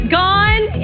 gone